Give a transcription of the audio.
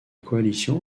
coalition